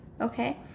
Okay